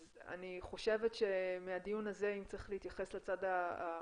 אני חושבת שמהדיון הזה אם צריך להתייחס לצד האופרטיבי,